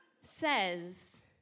says